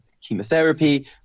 chemotherapy